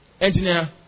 Engineer